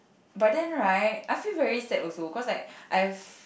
but then right I feel very sad also cause like I have